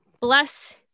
bless